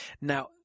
Now